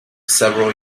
several